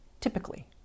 typically